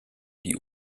die